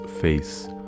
face